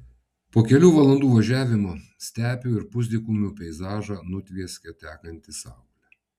po kelių valandų važiavimo stepių ir pusdykumių peizažą nutvieskė tekanti saulė